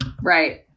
Right